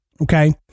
Okay